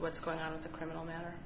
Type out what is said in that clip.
what's going on with the criminal matter